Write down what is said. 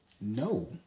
No